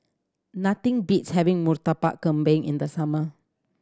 nothing beats having Murtabak Kambing in the summer